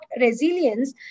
resilience